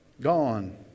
Gone